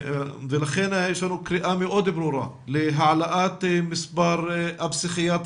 לכן יש לנו קריאה מאוד ברורה להעלאת מספר הפסיכיאטרים,